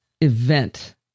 event